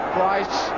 Price